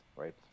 right